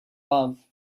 love